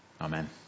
Amen